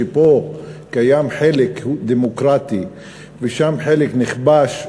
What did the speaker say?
שפה קיים חלק דמוקרטי ושם חלק נכבש,